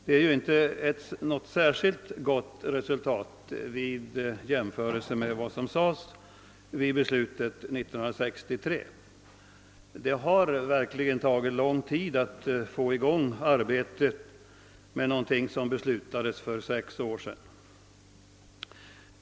Det framstår inte som något särskilt gott resultat vid en jämförelse med vad som sades då beslutet fattades 1963. Nej, det har verkligen tagit lång tid att få i gång arbetet med någonting som beslutades för sex år sedan.